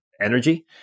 energy